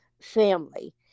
family